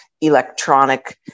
electronic